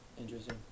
Interesting